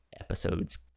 episodes